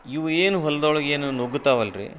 ಇವು ಏನು ಹೊಲ್ದೊಳಗೆ ಏನು ನುಗ್ಗತ್ತಾವಲ್ಲ ರೀ